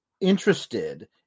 interested